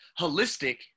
holistic